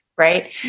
Right